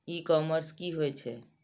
ई commerce की होए छै?